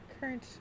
current